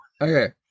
Okay